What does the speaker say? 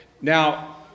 Now